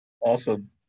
Awesome